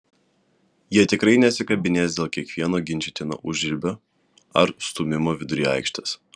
jie tikrai nesikabinės dėl kiekvieno ginčytino užribio ar stūmimo vidury aikštės